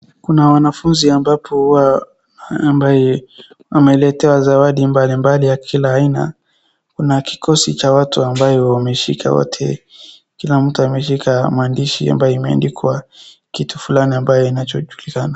Kuna wanafunzi ambapo ambaye wameletewa zawadi mbalimbali ya kila aina. Kuna kikosi cha watu ambayo wameshika wote kila mtu ameshika maandishi ambaye imeandikwa kitu flani ambayo inachojulikana.